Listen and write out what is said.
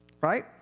right